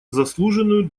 заслуженную